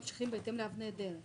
אבל השוברים ממשיכים בהתאם לאבני דרך.